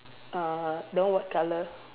uh that one white colour